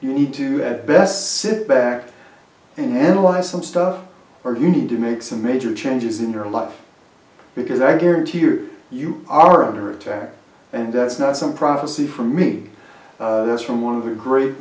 you need to add best sit back and lie some stuff or you need to make some major changes in your life because i guarantee you you are under attack and that's not some prophecy for me that's from one of the great